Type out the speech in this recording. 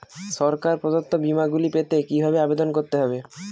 সরকার প্রদত্ত বিমা গুলি পেতে কিভাবে আবেদন করতে হবে?